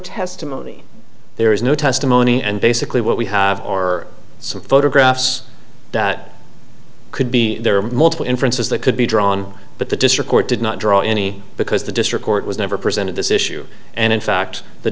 testimony there is no testimony and basically what we have or some photographs that could be there are multiple inferences that could be drawn but the district court did not draw any because the district court was never presented this issue and in fact the